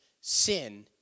sin